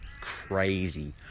Crazy